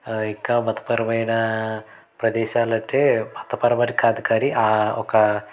ఇంకా మతపరమైనా ప్రదేశాలంటే మతపరమని కాదు కానీ ఒక